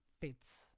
fits